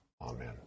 Amen